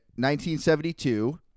1972